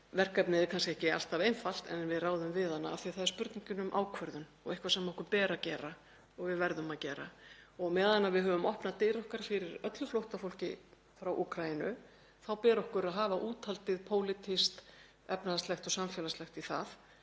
Verkefnið er kannski ekki alltaf einfalt en við ráðum við það af því að þetta er spurning um ákvörðun og eitthvað sem okkur ber að gera, eitthvað sem við verðum að gera. Meðan við höfum dyrnar opnar fyrir öllu flóttafólki frá Úkraínu þá ber okkur að hafa úthaldið, pólitískt, efnahagslegt og samfélagslegt, í það